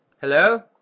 Hello